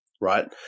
right